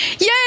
yay